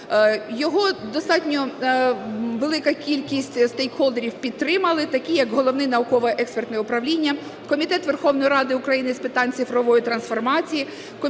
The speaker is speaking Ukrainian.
Його достатньо велика кількість стейкхолдерів підтримали, такі як Головне науково-експертне управління, Комітет Верховної Ради України з питань цифрової трансформації,